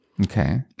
Okay